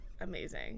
amazing